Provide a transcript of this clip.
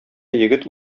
егет